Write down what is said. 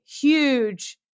huge